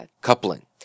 coupling